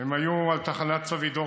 הם היו על תחנת סבידור,